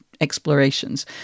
explorations